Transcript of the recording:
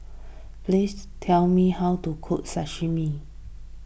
please tell me how to cook Sashimi